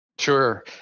Sure